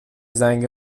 زنگ